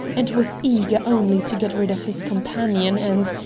and was eager only to get rid of his companion and,